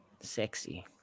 Sexy